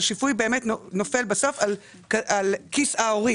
באמת נופל בסוף על כיס ההורים,